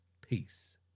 Peace